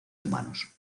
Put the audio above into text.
humanos